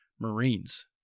Marines